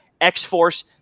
X-Force